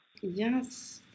yes